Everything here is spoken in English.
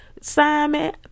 simon